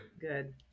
Good